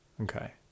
okay